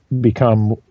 become